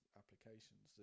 applications